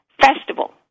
festival